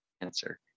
answer